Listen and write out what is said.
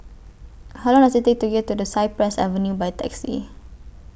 How Long Does IT Take to get to Cypress Avenue By Taxi